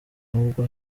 n’ubwo